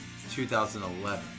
2011